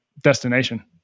destination